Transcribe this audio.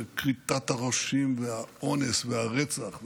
וכריתת הראשים והאונס והרצח,